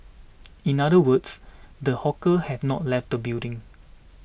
in other words the hawker has not left the building